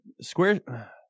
square